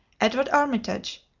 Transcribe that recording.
edward armitage,